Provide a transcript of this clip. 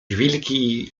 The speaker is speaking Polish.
wilki